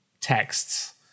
texts